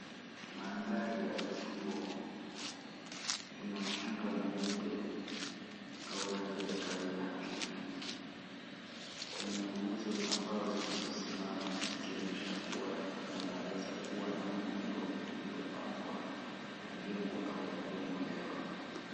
Mandhari ya ufuo na mchanga mweupe au rangi ya kahawia hafifu. Kuna nguzo za mbao zilizosimama zikionesha kuwa kunaweza kuwa na muundo uliopangwa kujengwa au kubomolewa.